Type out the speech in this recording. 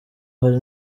hari